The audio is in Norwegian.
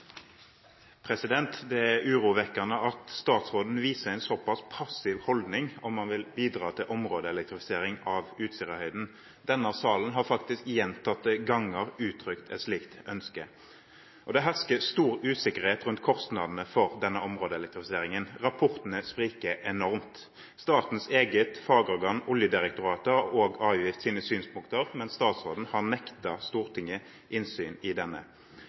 urovekkende at statsråden viser en såpass passiv holdning til om han vil bidra til områdeelektrifisering av Utsirahøyden. Denne salen har faktisk gjentatte ganger uttrykt et slikt ønske. Det hersker stor usikkerhet rundt kostnadene for denne områdeelektrifiseringen. Rapportene spriker enormt. Statens eget fagorgan, Oljedirektoratet, har også avgitt sine synspunkter, men statsråden har nektet Stortinget innsyn i denne.